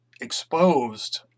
exposed